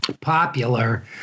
popular